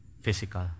physical